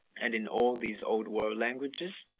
and in all these old world languages?